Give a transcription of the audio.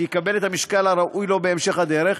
שיקבל את המשקל הראוי לו בהמשך הדרך,